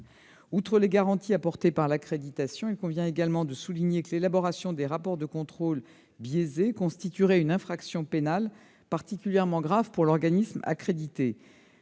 Outre les garanties apportées par l'accréditation, il convient de souligner que l'élaboration de rapports de contrôle biaisés constituerait une infraction pénale particulièrement grave pour l'organisme accrédité.